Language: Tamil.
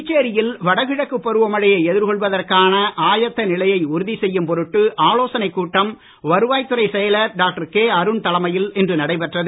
புதுச்சேரியில் வடகிழக்கு பருவமழையை எதிர் கொள்வதற்கான ஆயத்த நிலையை உறுதி செய்யும் பொருட்டு ஆலோசனைக் கூட்டம் வருவாய்த் துறைச் செயலர் டாக்டர் கே அருண் தலைமையில் இன்று நடைபெற்றது